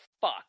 fuck